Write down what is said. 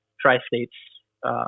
Tri-State's